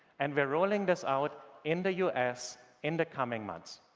and we're rolling this out in the u s. in the coming months.